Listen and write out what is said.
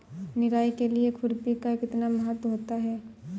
निराई के लिए खुरपी का कितना महत्व होता है?